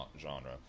genre